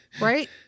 right